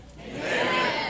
Amen